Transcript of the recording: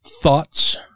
thoughts